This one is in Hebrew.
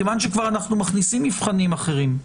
מכיוון שאנחנו כבר מכניסים מבחנים אחרים,